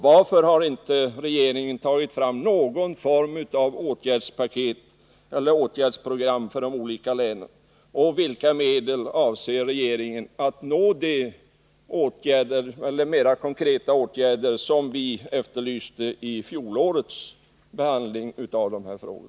Varför har inte regeringen tagit fram någon form av åtgärdsprogram för de olika länen? Vilka medel har regeringen för att nå de konkreta åtgärder som vi efterlyste i fjolårets behandling av dessa frågor?